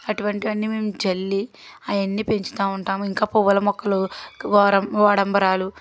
అటువంటివన్నీ మేము చల్లి అవన్నీ పెంచుతూ ఉంటాము ఇంకా పూల మొక్కలు వారం వాడంబరాలు